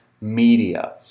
media